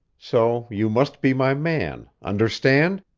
so you must be my man, understand?